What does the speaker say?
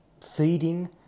feeding